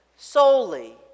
solely